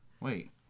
Wait